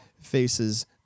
faces